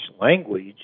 language